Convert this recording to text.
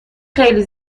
خیلی